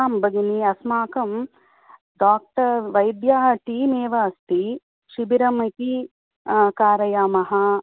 आं भगिनी अस्माकं डाक्टर् वैद्याः टीम् एव अस्ति शिबिरम् इति कारयामः